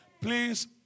Please